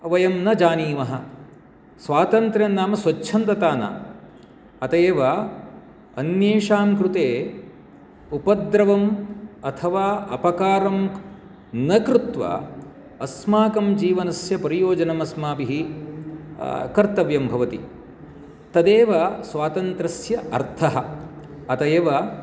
वयं न जानीमः स्वातन्त्र्यं नाम स्वच्छन्दता न अत एव अन्येषां कृते उपद्रवम् अथवा अपकारं न कृत्वा अस्माकं जीवनस्य परियोजनम् अस्माभिः कर्तव्यं भवति तदेव स्वातन्त्रस्य अर्थः अत एव